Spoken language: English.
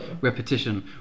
repetition